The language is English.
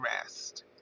rest